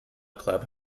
club